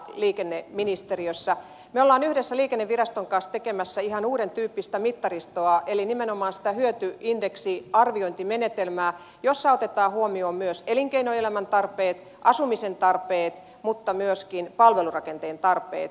me olemme yhdessä liikenneviraston kanssa tekemässä ihan uudentyyppistä mittaristoa eli nimenomaan sitä hyötyindeksiarviointimenetelmää jossa otetaan huomioon elinkeinoelämän tarpeet asumisen tarpeet mutta myöskin palvelurakenteen tarpeet